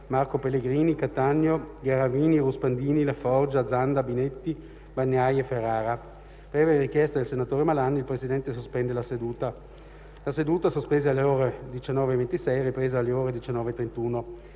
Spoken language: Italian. grazie a tutto